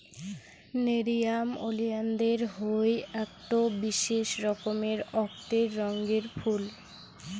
nerium oleander হই আকটো বিশেষ রকমের অক্তের রঙের ফুল